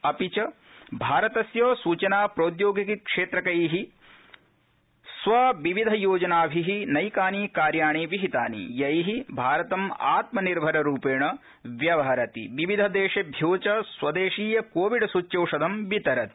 अपि चभारतस्य सूचना प्रोद्योगिकी क्षेत्रकै स्वविविधयोजनाभि नैकानि कार्याणि विहितानि यै भारतम् आत्मनिर्भररूपेण व्यवहरति विविध देशेभ्यो च स्वदेशीय कोविड स्च्यौषधम् वितरति